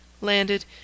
landed